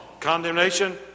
Condemnation